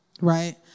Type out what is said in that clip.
Right